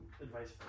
advice